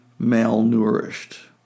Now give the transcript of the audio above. malnourished